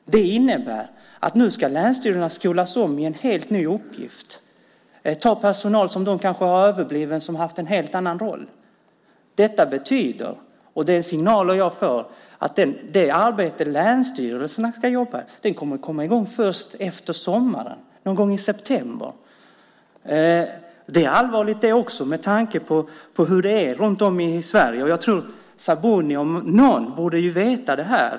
Det innebär att länsstyrelserna nu ska skolas om i en helt ny uppgift, ta personal som de kanske har överbliven som haft en helt annan roll. Detta betyder - och det är signaler jag får - att det arbete som länsstyrelserna ska jobba med kommer att komma i gång först efter sommaren, någon gång i september. Det är allvarligt det också med tanke på hur det är runt om i Sverige. Sabuni om någon borde känna till det här.